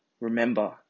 Remember